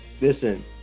Listen